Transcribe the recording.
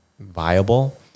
Viable